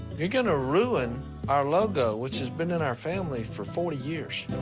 you're gonna ruin our logo, which has been in our family for forty years.